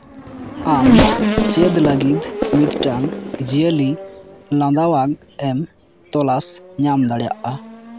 ᱟᱢ ᱪᱮᱫ ᱞᱟᱹᱜᱤᱫ ᱢᱤᱫᱴᱟᱝ ᱡᱤᱭᱟᱹᱞᱤ ᱞᱟᱸᱫᱟᱣᱟᱜ ᱮᱢ ᱛᱚᱞᱟᱥ ᱧᱟᱢ ᱫᱟᱲᱮᱭᱟᱜᱼᱟ